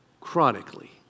Chronically